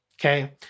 Okay